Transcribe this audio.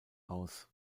aus